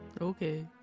Okay